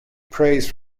praise